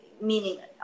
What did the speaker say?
meaning